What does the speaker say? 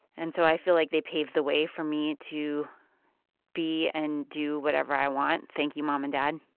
and so i feel like they paved the way for me to be and do whatever i want. thank you, mom and dad